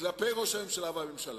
כלפי ראש הממשלה והממשלה.